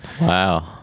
wow